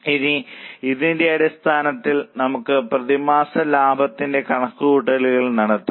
ഇനി ഇതിന്റെ അടിസ്ഥാനത്തിൽ നമുക്ക് പ്രതിമാസ ലാഭത്തിന്റെ കണക്കുകൂട്ടൽ നടത്താം